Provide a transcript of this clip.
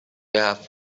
have